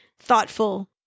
thoughtful